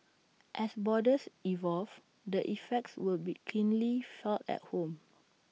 as borders evolve the effects would be keenly felt at home